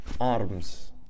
arms